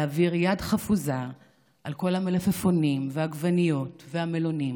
להעביר יד חפוזה על כל המלפפונים והעגבניות והמלונים.